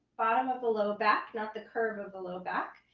bottom of the low back, not the curve of the low back,